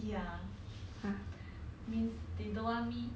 ya ya lor